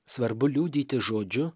svarbu liudyti žodžiu